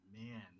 Man